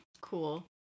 cool